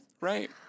Right